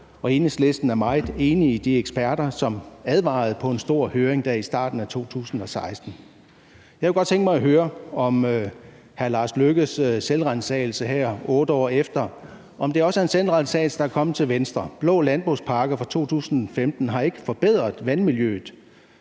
og Enhedslisten er meget enig med de eksperter, som advarede på en stor høring i starten af 2016. Jeg kunne godt tænke mig at høre, om udenrigsministerens selvransagelse her 8 år efter også er en selvransagelse, der er kommet til Venstre. Den blå landbrugspakke fra 2015 har ikke forbedret vandmiljøet.